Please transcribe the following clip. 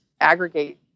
aggregate